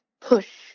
push